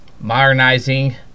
modernizing